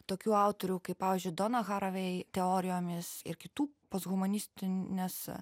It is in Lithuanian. tokių autorių kaip pavyzdžiui donna haraway teorijomis ir kitų posthumanistinės